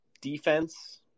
defense